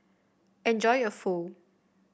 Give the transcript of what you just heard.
enjoy your Pho